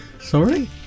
Sorry